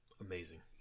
Amazing